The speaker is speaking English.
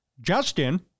Justin